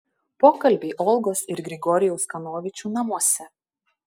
pokalbiai olgos ir grigorijaus kanovičių namuose